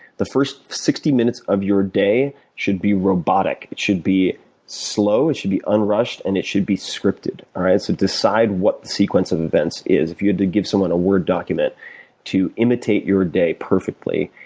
the first sixty minutes of your day should be robotic. it should be slow, it should be unrushed, and it should be scripted. alright? so decide what the sequence of events is. if you had to give someone a word document to imitate your day perfectly,